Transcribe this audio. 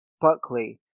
Buckley